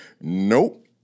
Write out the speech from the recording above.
Nope